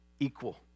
equal